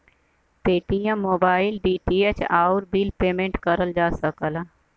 Paytm mobile, DTH, आउर bill payment करल जा सकला